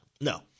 No